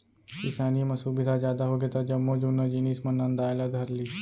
किसानी म सुबिधा जादा होगे त जम्मो जुन्ना जिनिस मन नंदाय ला धर लिस